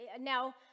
Now